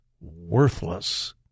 worthless